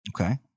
Okay